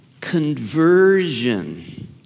Conversion